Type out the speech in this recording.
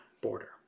border